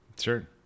Sure